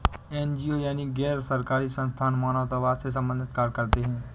NGO यानी गैर सरकारी संस्थान मानवतावाद से संबंधित कार्य करते हैं